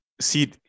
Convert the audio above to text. see